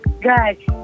guys